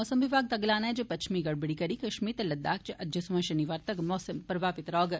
मौसम विभाग दा गलाना ऐ जे पच्छमी गड़बड़ी करी कश्मीर ते लद्दाख च अज्जै सोयां शनिवारें तगर मौसम प्रभावित रहौग